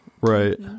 Right